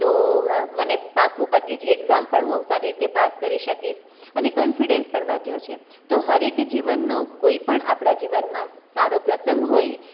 તો મને પાકુ બધી જ એક્ઝામ પણ હું સારી રીતે પાસ કરી શકીશ અને કોન્ફિડન્સ પણ વધ્યો છે તો હરેક જીવનનો કોઈ પણ આપણા જીવનમાં સારો પ્રસંગ હોય